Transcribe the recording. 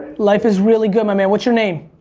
life is really good, my man. what's your name?